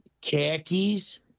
khakis